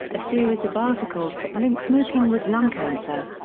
a series of articles that linked smoking with lung cancer.